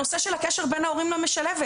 הנושא של הקשר בין ההורים למשלבת.